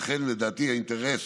לכן, לדעתי, האינטרס